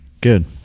Good